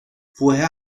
woher